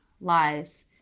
lies